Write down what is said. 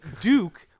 Duke